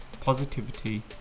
positivity